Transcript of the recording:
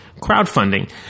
crowdfunding